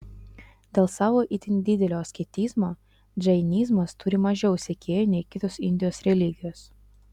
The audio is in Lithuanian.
dėl savo itin didelio asketizmo džainizmas turi mažiau sekėjų nei kitos indijos religijos